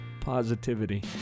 Positivity